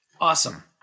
Awesome